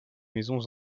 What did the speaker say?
maisons